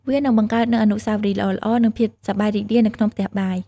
វានឹងបង្កើតនូវ អនុស្សាវរីយ៍ល្អៗ និងភាពសប្បាយរីករាយនៅក្នុងផ្ទះបាយ ។